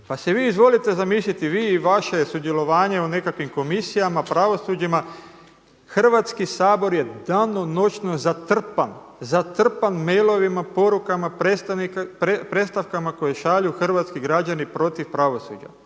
pa si vi izvolite zamisliti vi i vaše sudjelovanje u nekakvim komisijama, pravosuđima. Hrvatski sabor je danonoćno zatrpan, zatrpan mailovima, porukama, predstavkama koje šalju hrvatski građani protiv pravosuđa.